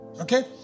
okay